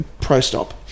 pro-stop